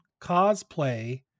cosplay